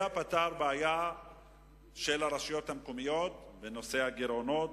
אלא פתר בעיה של הרשויות המקומיות בנושא הגירעונות,